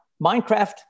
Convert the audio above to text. Minecraft